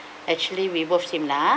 actually we both same lah